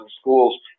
schools